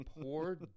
poor